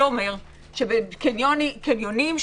שאומר שבקניונים,